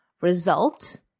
result